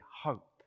hope